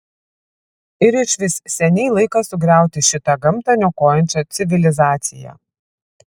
ir išvis seniai laikas sugriauti šitą gamtą niokojančią civilizaciją